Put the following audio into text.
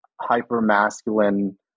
hyper-masculine